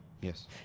Yes